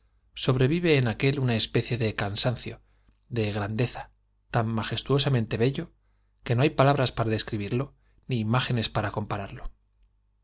sobrevive en aquél una especie de cansancio de grandeza tan majestuosamente bello que no hay palabras para describirlo ni imágenes para compararlo